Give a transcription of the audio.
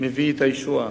מביא את הישועה.